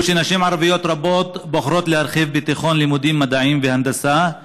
והוא שנשים ערביות רבות בוחרות להרחיב בתיכון לימודים מדעיים והנדסה,